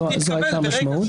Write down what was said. זו הייתה המשמעות.